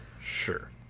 sure